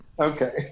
okay